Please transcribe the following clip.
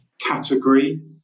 category